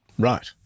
Right